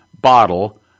bottle